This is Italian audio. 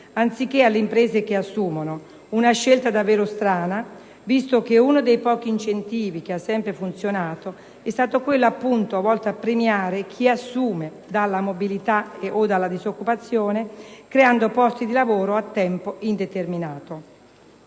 anziché alle imprese che assumono; una scelta davvero strana, visto che uno dei pochi incentivi che ha sempre funzionato è stato quello volto a premiare chi assume dalla mobilità o dalla disoccupazione, creando posti di lavoro a tempo indeterminato.